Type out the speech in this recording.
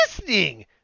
listening